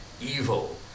evil